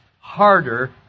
harder